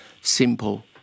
simple